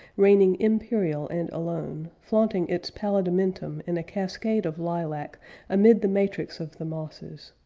reigning imperial and alone, flaunting its palidementum in a cascade of lilac amid the matrix of the mosses.